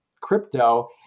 crypto